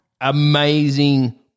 amazing